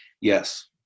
Yes